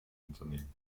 unternehmen